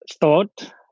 thought